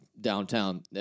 downtown